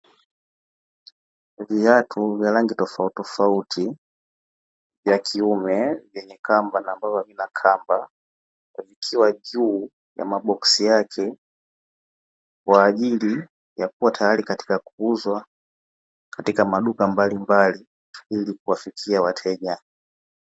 Viatu vya rangi tofautitofauti vya kiume vyenye kamba na ambavyo havina kamba vikiwa vimepangwa madukani tayari kwaajili ya kuuzwa